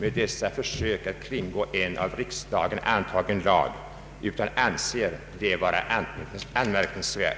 med dessa försök att kringgå en av riksdagen antagen lag utan anser det vara anmärkningsvärt.